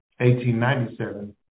1897